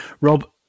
Rob